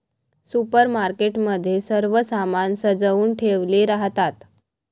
supermarket मध्ये सर्व सामान सजवुन ठेवले राहतात